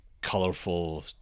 colorful